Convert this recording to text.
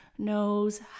knows